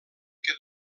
que